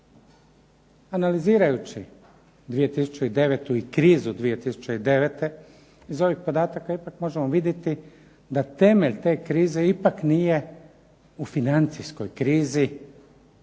Analizirajući 2009. i krizu 2009.-te iz ovih podataka ipak možemo vidjeti da temelje te krize ipak nije u financijskoj krizi